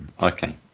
Okay